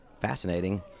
fascinating